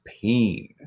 pain